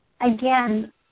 again